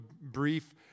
brief